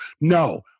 No